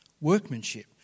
workmanship